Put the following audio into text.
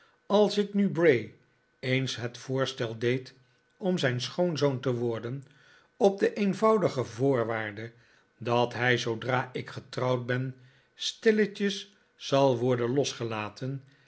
als ik nu bray eens het voorstel deed om zijn schoonzoon te worden op de eenvoudige voorwaarde dat hij zoodra ik getrouwd ben stilletjes zal worden losgelaten